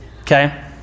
okay